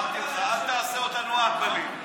אמרתי לך, רק אל תעשה אותנו אהבלים.